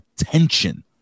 attention